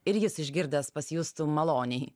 ir jis išgirdęs pasijustų maloniai